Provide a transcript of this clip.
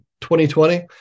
2020